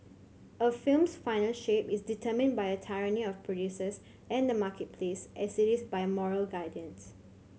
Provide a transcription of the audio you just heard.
a film's final shape is determined by the tyranny of producers and the marketplace as it is by moral guardians